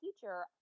teacher